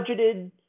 budgeted